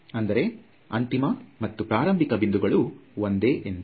ಅಂದರೆ ಅಂತಿಮ ಮತ್ತು ಪ್ರಾರಂಭಿಕ ಬಿಂದುಗಳು ಒಂದೇ ಎಂದು